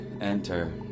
Enter